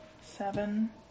seven